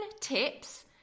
tips